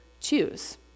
choose